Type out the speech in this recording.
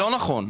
לא נכון.